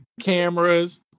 cameras